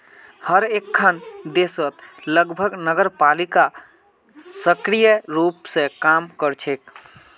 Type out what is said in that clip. हर एकखन देशत लगभग नगरपालिका सक्रिय रूप स काम कर छेक